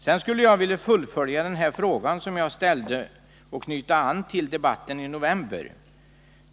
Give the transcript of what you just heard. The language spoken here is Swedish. Sedan skulle jag vilja fullfölja den fråga som jag ställde och knyta an till debatten i november.